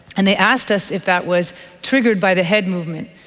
and they asked us if that was triggered by the head movement,